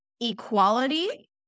equality